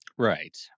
Right